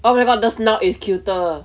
oh my god the snout is cuter